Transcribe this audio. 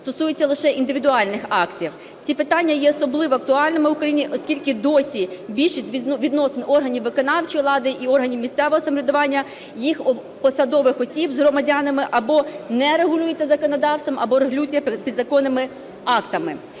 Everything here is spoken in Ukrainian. стосується лише індивідуальних актів. Ці питання є особливо актуальними Україні, оскільки досі більшість відносин органів виконавчої влади і органів місцевого самоврядування, їх посадових осіб з громадянами або не регулюється законодавством, або регулюється підзаконними актами.